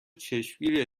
چشمگیری